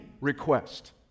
request